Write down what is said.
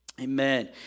Amen